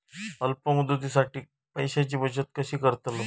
अल्प मुदतीसाठी पैशांची बचत कशी करतलव?